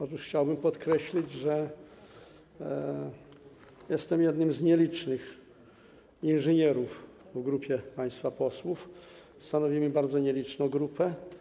Otóż chciałbym podkreślić, że jestem jednym z nielicznych inżynierów wśród państwa posłów, stanowimy bardzo nieliczną grupę.